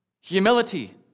Humility